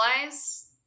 realize